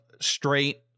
straight